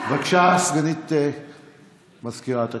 בבקשה, סגנית מזכירת הכנסת.